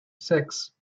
six